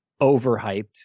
overhyped